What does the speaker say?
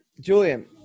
Julian